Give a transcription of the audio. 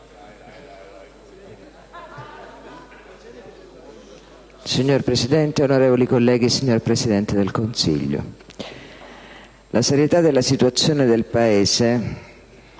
Signor Presidente, onorevoli colleghi, signor Presidente del Consiglio, la serietà della situazione del Paese,